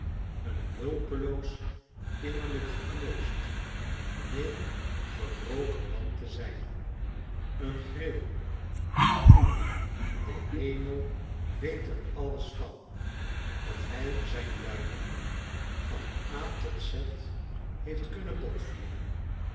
een hulpeloos innerlijk gekneusd neen gebroken man te zijn een gril nu de hemel weet er alles van dat hij zijn luimen van a tot z heeft kunnen botvieren